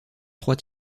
trois